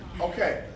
Okay